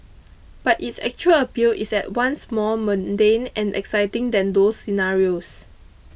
but its actual appeal is at once more mundane and exciting than those scenarios